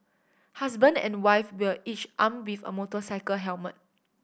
husband and wife were each armed with a motorcycle helmet